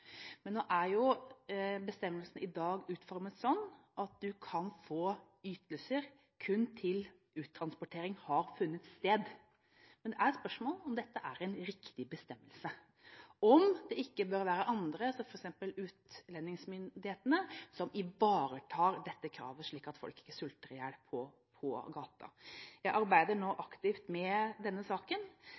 Men det er et spørsmål om dette er en riktig bestemmelse – om det ikke bør være andre, f.eks. utlendingsmyndighetene, som ivaretar dette kravet, slik at folk ikke sulter i hjel på gata. Jeg arbeider nå aktivt med denne saken,